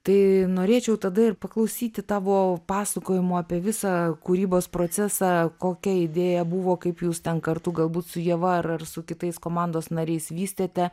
tai norėčiau tada ir paklausyti tavo pasakojimo apie visą kūrybos procesą kokia idėja buvo kaip jūs ten kartu galbūt su ieva ar su kitais komandos nariais vystėte